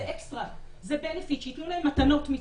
זה אקסטרה, זה בנפיט, שייתנו להן מתנות מצדי,